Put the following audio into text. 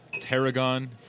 tarragon